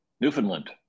Newfoundland